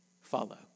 follow